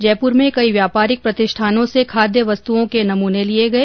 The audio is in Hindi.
जयपुर में कई व्यापारिक प्रतिष्ठानों से खाद्य वस्तुओं के नमूने लिए गए